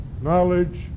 knowledge